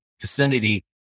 vicinity